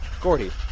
Gordy